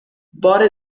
بار